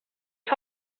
was